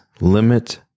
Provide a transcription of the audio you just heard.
limit